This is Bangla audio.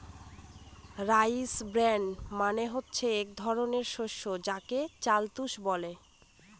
রাইস ব্রেন মানে হচ্ছে এক ধরনের শস্য যাকে চাল তুষ বলে